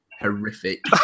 horrific